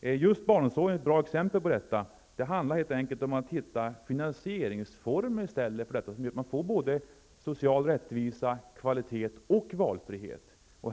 Just barnomsorgen är ett bra exempel på detta. Det handlar helt enkelt om att hitta finansieringsformer som leder till social rättvisa, kvalitet och valfrihet.